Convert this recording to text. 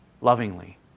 lovingly